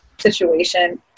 situation